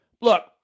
Look